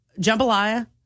Jambalaya